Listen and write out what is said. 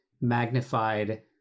magnified